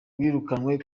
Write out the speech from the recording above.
wirukanwe